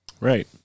Right